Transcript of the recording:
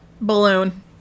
balloon